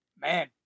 Man